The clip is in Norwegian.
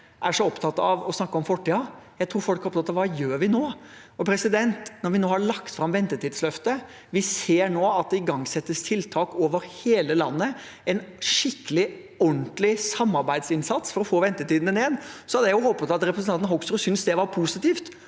er så opptatt av å snakke om fortiden, jeg tror folk er opptatt av hva vi gjør nå. Når vi nå har lagt fram Ventetidsløftet, og når vi nå ser at det igangsettes tiltak over hele landet – en skikkelig, ordentlig samarbeidsinnsats for å få ventetidene ned – hadde jeg håpet at representanten Hoksrud syntes det var positivt